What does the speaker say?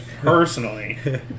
Personally